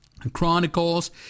Chronicles